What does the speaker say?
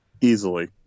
Easily